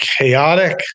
chaotic